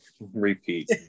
repeat